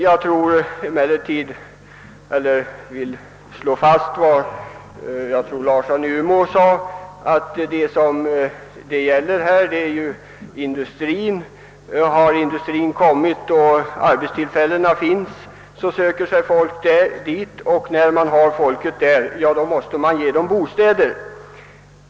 Jag vill slå fast vad herr Larsson i Umeå sade, nämligen att dit industrien och arbetstillfällena har kommit söker sig folk. Har man väl fått dit folk, måste man ge dem bostäder.